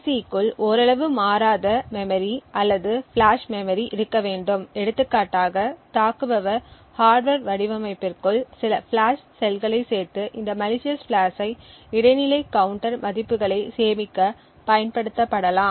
C க்குள் ஓரளவு மாறாத மெமரி அல்லது ஃபிளாஷ் மெமரி இருக்க வேண்டும் எடுத்துக்காட்டாக தாக்குபவர் ஹார்ட்வர் வடிவமைப்பிற்குள் சில ஃபிளாஷ் செல்களைச் சேர்த்து இந்த மலிசியஸ் ஃபிளாஷை இடைநிலை கவுன்டர் மதிப்புகளை சேமிக்க பயன்படுத்தலாம்